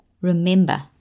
remember